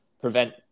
prevent